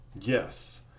Yes